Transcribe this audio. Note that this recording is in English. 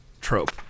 trope